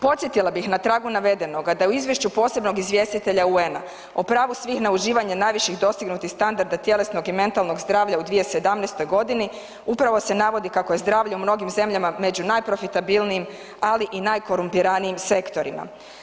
Podsjetila bih na tragu navedenog da u izvješću posebnog izvjestitelja UN-a o pravu svih na uživanje najviših dostignutih standarda tjelesnog i mentalnog zdravlja u 2017. g. upravo se navodi kako je zdravlje u mnogim zemljama među najprofitabilnijim ali i najkorumpiranijim sektorima.